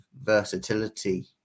versatility